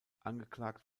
angeklagt